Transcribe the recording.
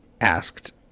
asked